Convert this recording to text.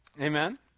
Amen